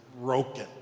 broken